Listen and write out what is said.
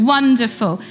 Wonderful